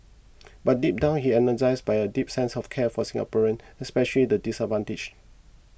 but deep down he energised by a deep sense of care for Singaporeans especially the disadvantaged